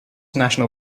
national